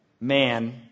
Man